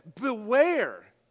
beware